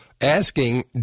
asking